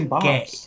Gay